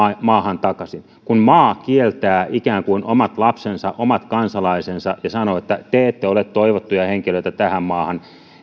maahan takaisin kun maa kieltää ikään kuin omat lapsensa omat kansalaisensa ja sanoo että te ette ole toivottuja henkilöitä tähän maahan